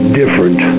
different